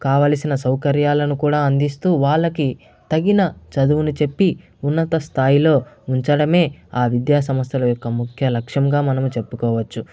కావలసిన సౌకర్యాలను కూడా అందిస్తూ వాళ్ళకి తగిన చదువును చెప్పి ఉన్నత స్థాయిలో ఉంచడమే ఆ విద్యాసంస్థల యొక్క ముఖ్య లక్ష్యంగా మనము చెప్పుకోవచ్చు